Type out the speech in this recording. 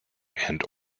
and